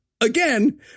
again